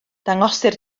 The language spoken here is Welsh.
dangosir